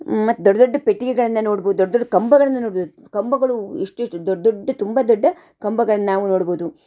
ಮತ್ತು ದೊಡ್ಡ ದೊಡ್ಡ ಪೆಟ್ಟಿಗೆಗಳನ್ನ ನೋಡ್ಬೌದು ದೊಡ್ಡ ದೊಡ್ಡ ಕಂಬಗಳ್ನ ನೋಡ್ಬೌದು ಕಂಬಗಳು ಎಷ್ಟು ಎಷ್ಟು ದೊಡ್ಡ ದೊಡ್ಡ ತುಂಬ ದೊಡ್ಡ ಕಂಬಗಳ್ನ ನಾವು ನೋಡ್ಬೋದು